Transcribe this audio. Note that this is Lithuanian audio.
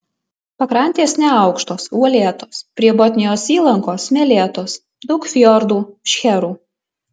pakrantės neaukštos uolėtos prie botnijos įlankos smėlėtos daug fjordų šcherų